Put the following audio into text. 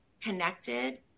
connected